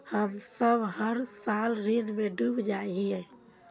हम सब हर साल ऋण में डूब जाए हीये?